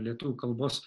lietuvių kalbos